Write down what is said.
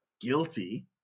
guilty